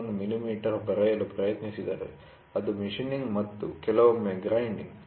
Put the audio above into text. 01 millimetre ಬರೆಯಲು ಪ್ರಯತ್ನಿಸಿದರೆ ಅದು ಮಷೀನ್ನಿಂಗ್ ಮತ್ತು ಕೆಲವೊಮ್ಮೆ ಗ್ರಇಂಡಿಂಗ್